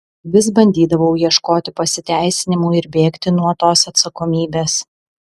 vis bandydavau ieškoti pasiteisinimų ir bėgti nuo tos atsakomybės